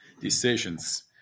decisions